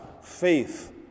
faith